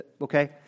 okay